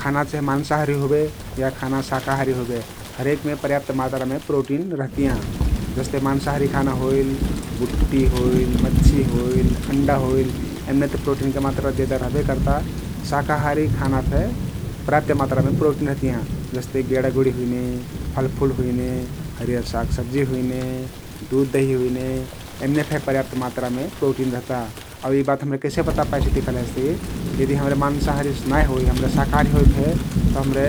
खाना चहे मान्साहारी होबे या खाना साकाहारी होबे, हरेकमे पर्याप्त मात्रामे प्रोटिन रहतियाँ । जस्ते मान्साहारी खाना होइल, बुट्टी होइल, मछ्छी होइल, अण्डा होइल यमनेत प्रोटीनके मात्रा जेदा रहबे कर्ता साकाहारी खाना फे पर्याप्त मात्रामे प्रोटीन रहतियाँ । जस्ते कि गेडागुडी हुइने, फलफुल हुइने, हरियर सागसब्जी हुइने, दुध दही हुइने यमने फे पर्याप्त मात्रामे प्रोटीन रहता आउ यि बात हमरे कैसे पता पाइ सक्ती कहलेसे यदि हम्रे मान्साहारी नाई होइ साकाहारी होइ फे तउ हम्रे